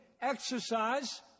exercise